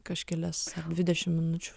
kažkelias dvidešim minučių